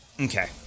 Okay